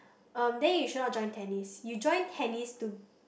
um then you should not join tennis you join tennis to